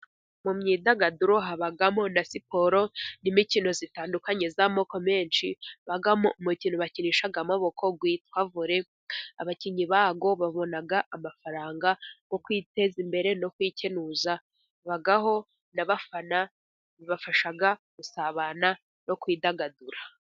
Mu myidagaduro habamo na siporo n'imikino itandukanye y'amoko menshi, habamo umukino bakinisha amaboko witwa vole abakinnyi bawo babona amafaranga yo kwiteza imbere no kwikenuza, habaho n'abafana bibafasha gusabana no kwidagadura.